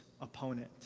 opponent